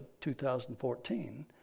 2014